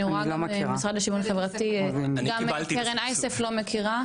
המשרד לשיווין חברתי לא מכירים וגם קרן אייסף לא מכירה.